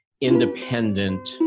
independent